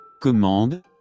Commande